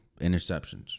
interceptions